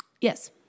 Yes